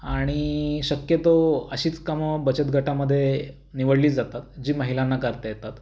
आणि शक्यतो अशीच कामं बचत गटामध्ये निवडली जातात जी महिलांना करता येतात